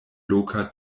loka